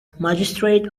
magistrate